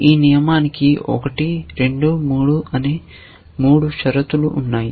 ఈ నియమానికి 1 2 3 అనే మూడు షరతులు ఉన్నాయి